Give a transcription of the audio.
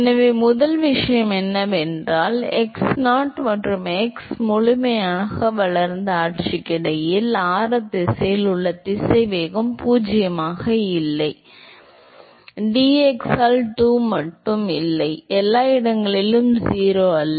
எனவே முதல் விஷயம் என்னவென்றால் x0 மற்றும் x முழுமையாக வளர்ந்த ஆட்சிக்கு இடையில் சரி ஆரத் திசையில் உள்ள திசைவேகம் பூஜ்ஜியமாக இல்லை dx ஆல் டு மட்டும் அல்ல எல்லா இடங்களிலும் 0 அல்ல